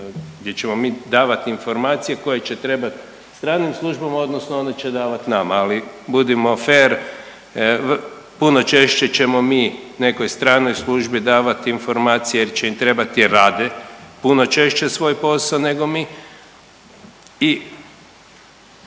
gdje ćemo mi davat informacije koje će trebat stranim službama odnosno one će davat nama, ali budimo fer, puno češće ćemo mi nekoj stranoj službi davat informacije jer će im trebat jer rade puno češće svoj posao nego mi.